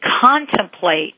contemplate